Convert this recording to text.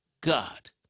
God